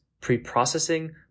pre-processing